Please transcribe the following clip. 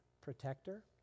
protector